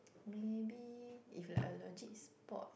maybe if like allergic spot